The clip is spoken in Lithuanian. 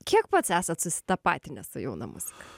kiek pats esat susitapatinęs su jauna muzika